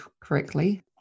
correctly